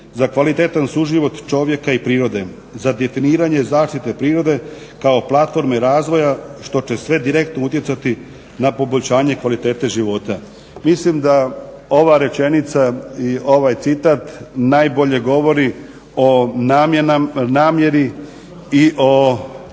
za kvalitetan suživot čovjeka i prirode, za definiranje zaštite prirode kao platforme razvoja što će sve direktno utjecati na poboljšanje kvalitete života. Mislim da ova rečenica i ovaj citat najbolje govori o namjeri i o samom